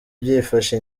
byifashe